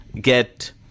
get –